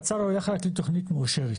תצ"ר הולך רק עם תכנית מאושרת.